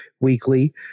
weekly